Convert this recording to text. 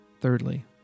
Thirdly